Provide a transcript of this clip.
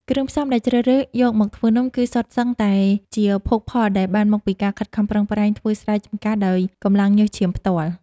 គ្រឿងផ្សំដែលជ្រើសរើសយកមកធ្វើនំគឺសុទ្ធសឹងតែជាភោគផលដែលបានមកពីការខិតខំប្រឹងប្រែងធ្វើស្រែចំការដោយកម្លាំងញើសឈាមផ្ទាល់។